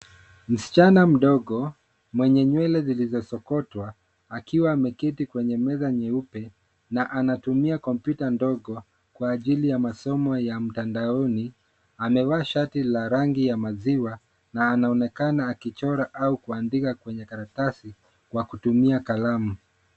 Msichana mdogo mwenye nywele zilizosokotwa, akiwa ameketi kwenye meza nyeupe na anatumia kompyuta ndogo kwa ajili ya masomo ya mtandaoni. Amevaa shati la rangi ya maziwa na anaonekana akichora au kuandika kwenye karatasi kwa kutumia kalamu.